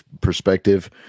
perspective